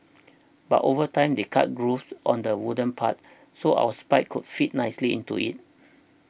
but over time they cut grooves on the wooden part so our spikes could fit nicely into it